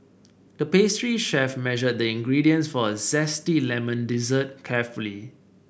the pastry chef measured the ingredients for a zesty lemon dessert carefully